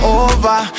over